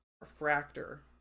refractor